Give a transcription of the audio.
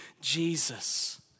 Jesus